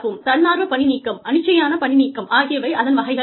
தன்னார்வ பணி நீக்கம் அனிச்சையான பணிநீக்கம் ஆகியவை அதன் வகைகள் ஆகும்